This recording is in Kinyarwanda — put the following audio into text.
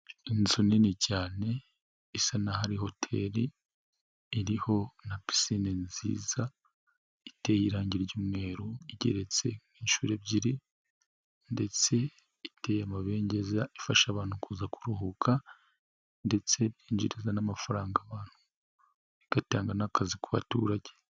Inzu nini cyane isa n'aho ari hoteli iriho na pisine nziza, iteye irangi ry'umweru, igeretse nk'inshuro ebyiri ndetse iteye amabengeza, ifasha abantu kuza kuruhuka ndetse yinjiriza amafaranga abantu, igatanga n'akazi ku baturage.